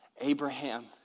Abraham